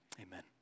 amen